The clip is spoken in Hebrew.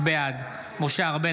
בעד משה ארבל,